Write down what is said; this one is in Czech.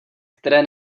které